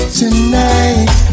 tonight